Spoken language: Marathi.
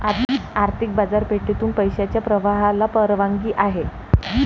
आर्थिक बाजारपेठेतून पैशाच्या प्रवाहाला परवानगी आहे